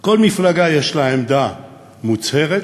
כל מפלגה יש לה עמדה מוצהרת